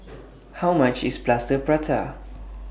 How much IS Plaster Prata